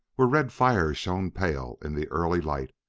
where red fires shone pale in the early light,